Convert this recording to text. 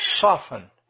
soften